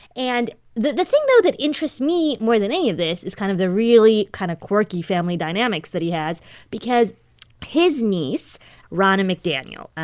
and the the thing, though, that interests me more than any of this is kind of the really kind of quirky family dynamics that he has because his niece ronna mcdaniel,